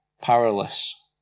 powerless